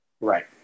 Right